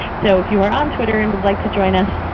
so if you are on twitter and would like to join us,